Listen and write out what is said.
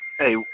Hey